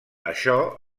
això